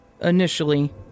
Initially